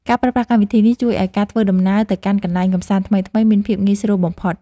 ការប្រើប្រាស់កម្មវិធីនេះ ជួយឱ្យការធ្វើដំណើរទៅកាន់កន្លែងកម្សាន្តថ្មីៗមានភាពងាយស្រួលបំផុត។